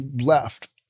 left